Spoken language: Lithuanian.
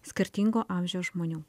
skirtingo amžiaus žmonių